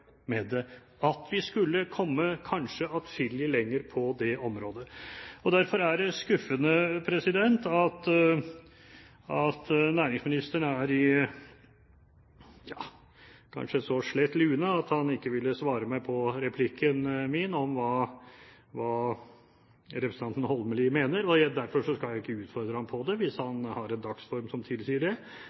med det, og at vi kanskje skulle komme atskillig lenger på det området. Derfor er det skuffende at næringsministeren kanskje er i så slett lune at han ikke ville svare på replikken min om hva representanten Holmelid mener. Derfor skal jeg ikke utfordre ham på det, hvis han har en dagsform som tilsier det.